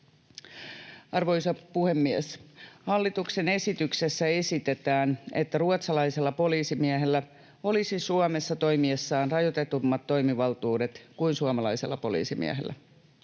Arvoisa puhemies! Hallituksen esityksessä esitetään, että ruotsalaisella poliisimiehellä olisi Suomessa toimiessaan rajoitetummat toimivaltuudet kuin suomalaisella poliisimiehellä.